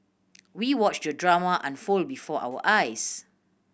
we watched the drama unfold before our eyes